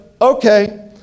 okay